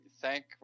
thank